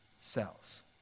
cells